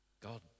God